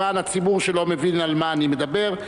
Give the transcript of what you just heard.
למען הציבור שלא מבין על מה אני מדבר?